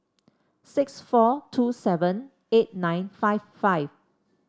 six four two seven eight nine five five